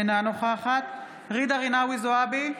אינה נוכחת ג'ידא רינאוי זועבי,